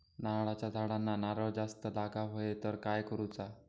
नारळाच्या झाडांना नारळ जास्त लागा व्हाये तर काय करूचा?